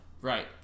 Right